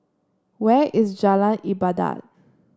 where is Jalan Ibadat